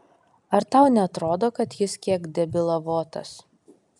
ar tau neatrodo kad jis kiek debilavotas